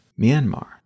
Myanmar